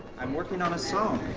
i'm working on a song.